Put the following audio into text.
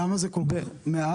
למה זה כל כך מעט?